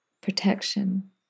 protection